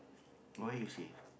why you say